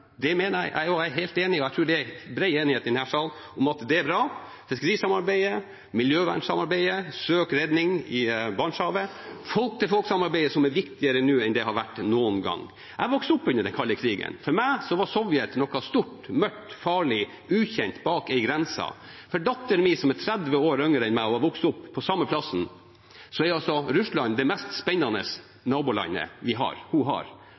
Det mener jeg, og jeg tror det er bred enighet i denne salen om at det er bra: fiskerisamarbeidet, miljøvernsamarbeidet, søk og redning i Barentshavet og folk-til-folk-samarbeidet. Det er viktigere nå enn det har vært noen gang. Jeg vokste opp under den kalde krigen. For meg var Sovjet noe stort, mørkt, farlig og ukjent bak en grense. For min datter, som er 30 år yngre enn meg og har vokst opp på samme stedet, er Russland det mest spennende nabolandet. Hvorfor? Jo, fordi den generasjonen har